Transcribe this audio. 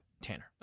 Tanner